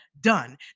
done